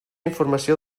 informació